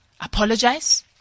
apologize